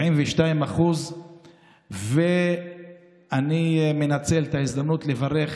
בערך 72%. אני מנצל את ההזדמנות לברך